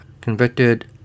Convicted